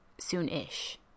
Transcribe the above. soon-ish